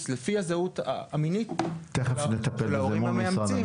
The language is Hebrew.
לפי הזהות המינית של הורים המאמצים.